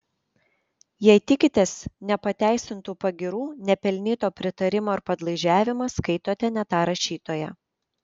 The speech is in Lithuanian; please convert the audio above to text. jei tikitės nepateisintų pagyrų nepelnyto pritarimo ir padlaižiavimo skaitote ne tą rašytoją